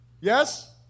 Yes